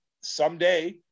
someday